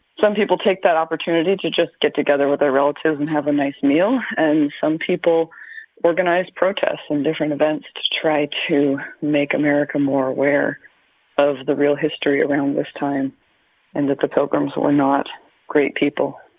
some people take that opportunity to just get together with their relatives and have a nice meal. and some people organize protests and different events to try to make america more aware of the real history around this time and that the pilgrims were not great people.